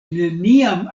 neniam